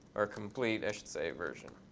or complete, i should say, version.